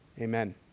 Amen